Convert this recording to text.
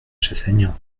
chassaigne